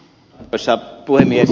arvoisa puhemies